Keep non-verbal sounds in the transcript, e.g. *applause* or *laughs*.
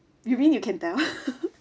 you mean you can tell *laughs*